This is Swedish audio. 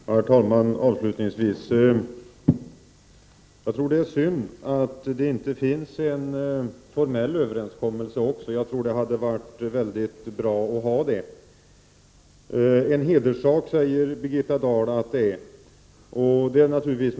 Herr talman! Jag tycker att det är synd att det inte finns också en formell överenskommelse — det hade varit mycket bra att ha en sådan. Birgitta Dahl säger att detta är en hederssak, och det är det naturligtvis.